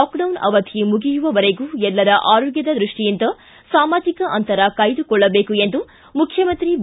lockdown ಅವಧಿ ಮುಗಿಯುವವರೆಗೂ ಎಲ್ಲರ ಆರೋಗ್ಡದ ದೃಷ್ಷಿಯಿಂದ ಸಾಮಾಜಿಕ ಅಂತರ ಕಾಯ್ದುಕೊಳ್ಳಬೇಕು ಎಂದು ಮುಖ್ಯಮಂತ್ರಿ ಬಿ